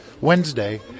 Wednesday